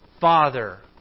Father